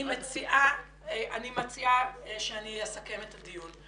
אני מציעה שאני אסכם את הדיון.